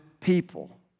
people